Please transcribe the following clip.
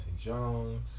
Jones